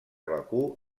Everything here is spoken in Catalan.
bakú